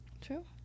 True